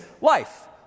life